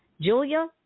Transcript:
Julia